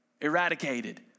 eradicated